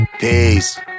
Peace